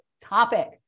topic